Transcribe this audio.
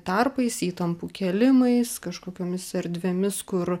tarpais įtampų kėlimais kažkokiomis erdvėmis kur